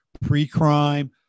pre-crime